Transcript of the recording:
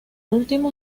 último